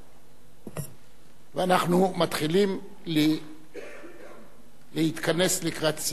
ואנחנו מתחילים להתכנס לקראת סיום הדיון בקריאה הראשונה.